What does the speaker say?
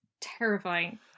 terrifying